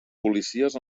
policies